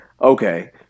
okay